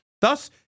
Thus